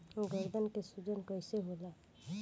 गर्दन के सूजन कईसे होला?